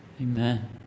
Amen